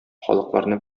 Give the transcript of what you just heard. халыкларны